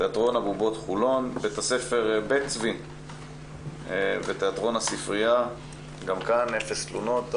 צוהריים טובים, אני